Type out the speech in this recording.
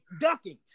ducking